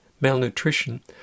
malnutrition